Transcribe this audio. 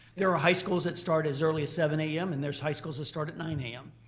there are high schools that start as early as seven am and there's high schools that start at nine am.